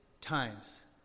times